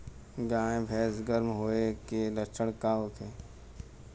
गाय भैंस गर्म होय के लक्षण का होखे?